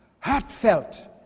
heartfelt